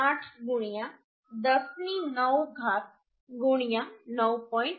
8 10 ની 9 ઘાત 9